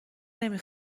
نمی